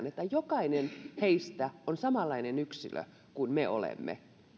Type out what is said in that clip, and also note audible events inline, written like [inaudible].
[unintelligible] että jokainen heistä on samanlainen yksilö kuin me olemme